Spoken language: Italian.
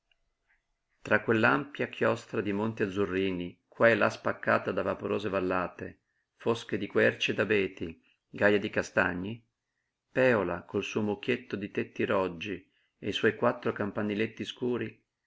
qua tra quell'ampia chiostra di monti azzurrini qua e là spaccata da vaporose vallate fosche di querci e d'abeti gaje di castagni pèola col suo mucchietto di tetti roggi e i suoi quattro campaniletti scuri